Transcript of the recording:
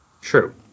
True